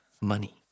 money